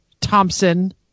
Thompson